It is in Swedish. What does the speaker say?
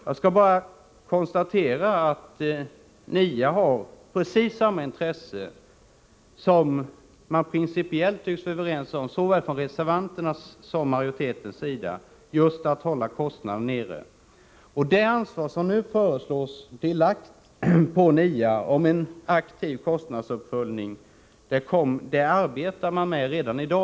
Jag skall bara konstatera att NIA har precis samma intresse som man principiellt tycks vara överens om från såväl reservanternas som majoritetens Nr 50 sida, nämligen just att hålla kostnaderna nere. Det ansvar som nu föreslås Onsdagen den pålagt NIA för en aktiv kostnadsuppföljning arbetar NIA med redan i dag.